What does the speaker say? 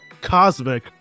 cosmic